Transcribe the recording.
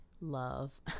love